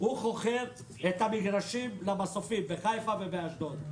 הוא חוכר את המגרשים למסופים בחיפה ובאשדוד.